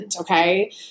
Okay